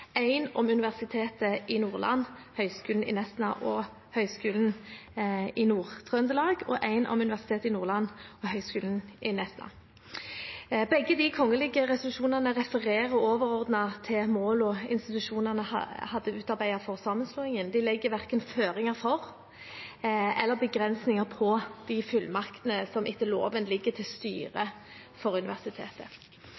om Universitetet i Nordland, Høgskolen i Nesna og Høgskolen i Nord-Trøndelag og én om Universitetet i Nordland og Høgskolen i Nesna. Begge de to kongelige resolusjonene refererer overordnet til målene institusjonene hadde utarbeidet for sammenslåingen. De legger verken føringer for eller begrensninger på de fullmaktene som etter loven ligger til styret